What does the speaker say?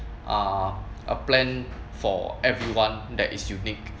ah a plan for everyone that is you need